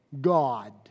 God